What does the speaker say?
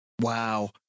Wow